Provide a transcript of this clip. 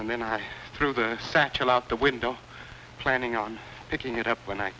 and then i threw the satchel out the window planning on picking it up when i